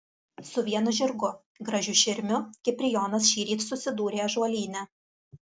su vienu žirgu gražiu širmiu kiprijonas šįryt susidūrė ąžuolyne